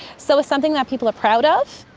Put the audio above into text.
so it's something that people are proud of.